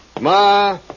Ma